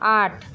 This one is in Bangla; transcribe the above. আট